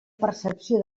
percepció